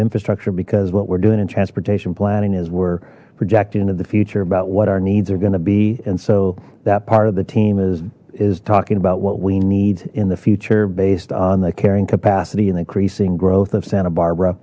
infrastructure because what we're doing in transportation planning is we're projecting into the future about what our needs are going to be and so that part of the team is is talking about what we need in the future based on the carrying capacity and increasing growth of santa barbara